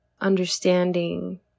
understanding